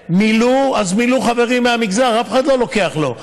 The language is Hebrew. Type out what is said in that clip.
מילאו, אז מילאו חברים מהמגזר, אף אחד לא לוקח לו.